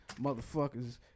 motherfuckers